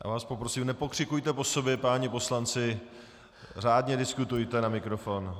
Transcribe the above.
Já vás poprosím, nepokřikujte po sobě, páni poslanci, řádně diskutujte na mikrofon.